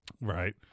Right